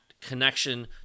Connection